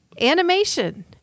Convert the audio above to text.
animation